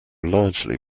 largely